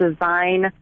design